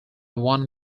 one